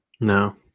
No